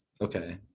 Okay